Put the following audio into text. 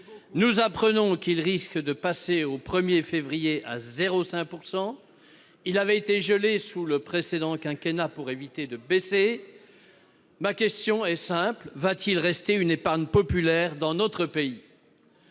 nous apprenons qu'il risque de passer, au 1 février, à 0,5 %. Il avait été gelé sous le précédent quinquennat, pour éviter une baisse. Ma question est simple : restera-t-il une épargne populaire dans notre pays ?